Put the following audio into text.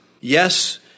Yes